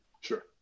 Sure